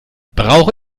brauche